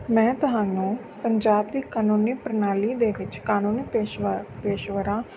ਮੈਂ ਤੁਹਾਨੂੰ ਪੰਜਾਬ ਦੀ ਕਾਨੂੰਨੀ ਪ੍ਰਣਾਲੀ ਦੇ ਵਿੱਚ ਕਾਨੂੰਨੀ ਪੇਸ਼ਾਵਰ ਪੇਸ਼ਾਵਰਾਂ